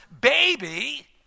baby